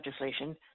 legislation